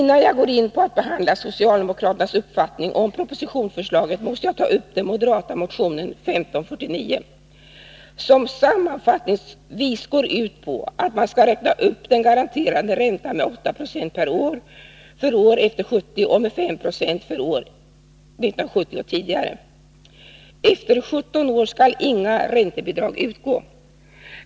Innan jag går in på att behandla socialdemokraternas uppfattning om propositionsförslaget måste jag ta upp den moderata motionen 1549, som sammanfattningsvis går ut på att man skall räkna upp den garanterade räntan med 8 I per år efter 1970 och med 5 96 per år för 1970 och tidigare. Efter 17 år skall inga räntebidrag utgå.